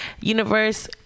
Universe